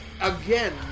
again